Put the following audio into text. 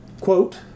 Quote